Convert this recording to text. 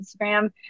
Instagram